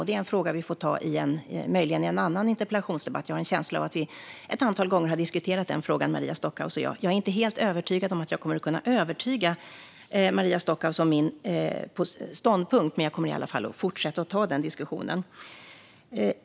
Det är en fråga vi möjligen får ta i en annan interpellationsdebatt. Jag har en känsla av att Maria Stockhaus och jag har diskuterat den ett antal gånger. Jag är inte helt övertygad om att jag kommer att kunna övertyga Maria Stockhaus om min ståndpunkt, men jag kommer i alla fall att fortsätta att ta den diskussionen.